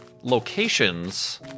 locations